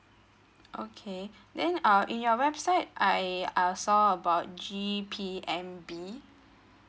okay then uh in your website I uh saw about G_P_M_B